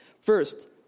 first